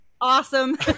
awesome